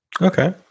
Okay